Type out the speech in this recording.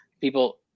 people